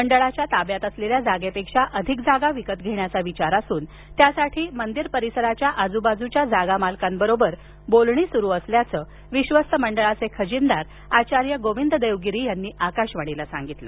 मंडळाच्या ताब्यात असलेल्या जागेपेक्षा अधिक जागा विकत घेण्याचा विचार असून त्यासाठी त्यासाठी मंदिर परिसराच्या आजूबाजूच्या जागा मालकांबरोबर बोलणी सुरू असल्याचं विश्वस्त मंडळाचे खजिनदार आचार्य गोविंददेव गिरी यांनी आकाशवाणीला सांगितलं